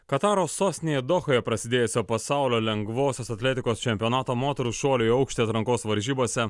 kataro sostinėje dohoje prasidėjusio pasaulio lengvosios atletikos čempionato moterų šuolio į aukštį atrankos varžybose